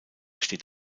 steht